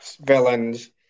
villains